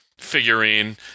Figurine